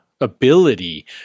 Ability